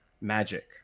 magic